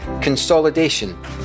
consolidation